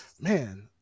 Man